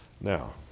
Now